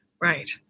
right